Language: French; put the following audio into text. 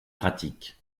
pratiques